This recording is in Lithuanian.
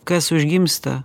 kas užgimsta